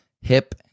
hip